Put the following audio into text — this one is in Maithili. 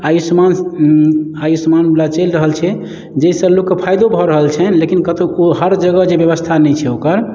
आयुष्मान आयुष्मान बला चलि रहल छै जाहिसँ लोक कऽ फायदो भऽ रहल छनि लेकिन कतहुँ हर जगह जे व्यवस्था नहि छै ओकर